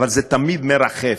אבל זה תמיד מרחף.